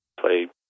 play